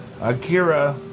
Akira